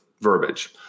verbiage